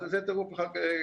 אז זה טירוף אחד גדול.